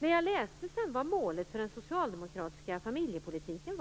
När jag läste att målet för den socialdemokratiska familjepolitiken